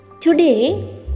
Today